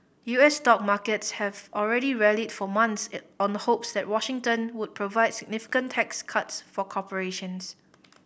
U S stock markets have already rallied for months it on a hopes that Washington would provide significant tax cuts for corporations